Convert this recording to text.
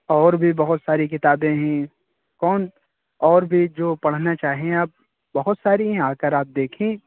اور بھی بہت ساری کتابیں ہیں کون اور بھی جو پڑھنا چاہیں آپ بہت ساری ہیں آ کر آپ دیکھیں